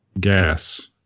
gas